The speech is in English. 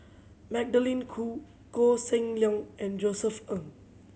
Magdalene Khoo Koh Seng Leong and Josef Ng